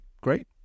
Great